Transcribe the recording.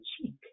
cheek